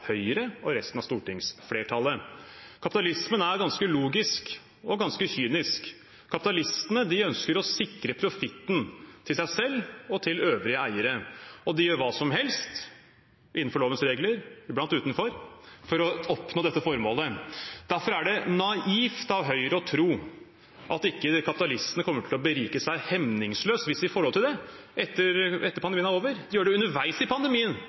Høyre og resten av stortingsflertallet. Kapitalismen er ganske logisk og ganske kynisk: Kapitalistene ønsker å sikre profitten til seg selv og øvrige eiere. De gjør hva som helst – innenfor lovens regler, iblant utenfor – for å oppnå dette formålet. Derfor er det naivt av Høyre å tro at kapitalistene ikke kommer til å berike seg hemningsløst hvis de får lov til det, etter at pandemien er over. De gjør det jo underveis i pandemien.